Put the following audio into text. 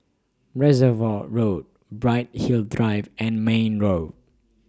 Reservoir Road Bright Hill Drive and Mayne Road